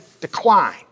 decline